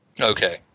Okay